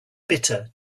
bitter